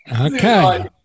Okay